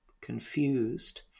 confused